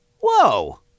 Whoa